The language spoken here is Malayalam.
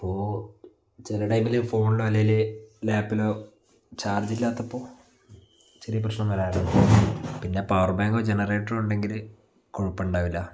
അപ്പോൾ ചില ടൈമിൽ ഫോണിലോ അല്ലേൽ ലാപ്പിലോ ചാർജില്ലാത്തപ്പം ചെറിയ പ്രശ്നം വരാറുണ്ട് പിന്നെ പവർ ബാങ്കോ ജെനറേറ്ററോ ഉണ്ടെങ്കിൽ കുഴപ്പം ഉണ്ടാവില്ല